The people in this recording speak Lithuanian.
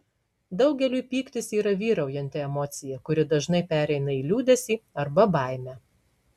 daugeliui pyktis yra vyraujanti emocija kuri dažnai pereina į liūdesį arba baimę